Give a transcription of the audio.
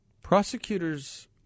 prosecutors